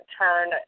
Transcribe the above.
turn